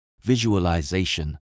visualization